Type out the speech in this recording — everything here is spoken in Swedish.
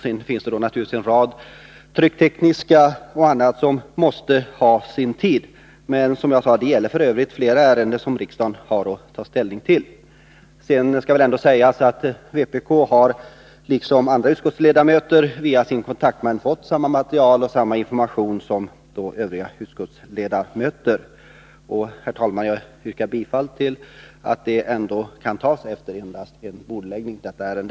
Sedan finns det naturligtvis också en rad trycktekniska och andra frågor som måste få ta sin tid. Men som jag sagt, detsamma gäller f. ö. flera ärenden som riksdagen har att ta ställning till. Sedan skall väl ändå tilläggas att vpk:s kammarledamöter liksom utskottsledamöterna har fått samma material och samma information via sina kontaktmän. Herr talman! Jag yrkar bifall till att detta ärende behandlas efter endast en bordläggning.